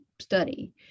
study